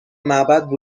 معبد